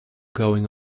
going